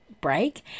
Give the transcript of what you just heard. break